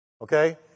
okay